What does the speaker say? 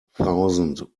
thousand